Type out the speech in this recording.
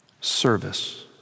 service